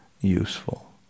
useful